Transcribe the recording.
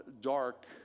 dark